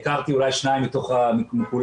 הכרתי אולי שניים מתוך כולם,